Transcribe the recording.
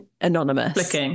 anonymous